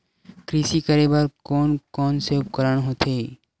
कृषि करेबर कोन कौन से उपकरण होथे?